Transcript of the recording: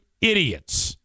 idiots